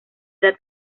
era